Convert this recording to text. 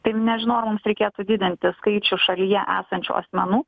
tai nežinau ar mums reikėtų didinti skaičių šalyje esančių asmenų